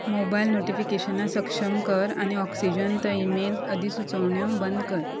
mobile नोटिफिकेशनां सक्षम कर आनी ऑक्सिजन तो ईमेल अदी सुचोवण्यो बंद कर